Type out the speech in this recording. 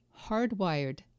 hardwired